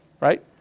Right